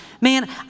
Man